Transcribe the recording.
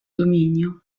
dominio